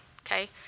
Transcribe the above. okay